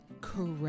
Correct